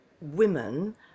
women